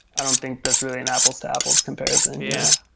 i don't think this really an apples to apples comparison. yeah.